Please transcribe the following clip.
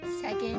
Second